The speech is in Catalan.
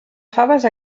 faves